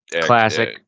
classic